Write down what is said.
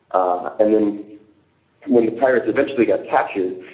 ah and then when the pirates eventually get captured,